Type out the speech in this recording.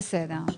בסדר.